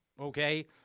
okay